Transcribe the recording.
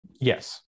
Yes